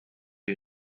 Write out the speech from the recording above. you